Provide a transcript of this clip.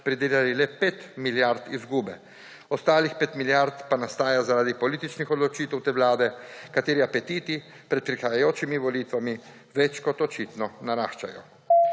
pridelali le 5 milijard izgube, ostalih 5 milijard pa nastaja zaradi političnih odločitev te vlade, katere apetiti pred prihajajočimi volitvami več kot očitno naraščajo.